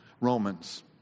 Romans